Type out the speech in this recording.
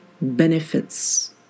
benefits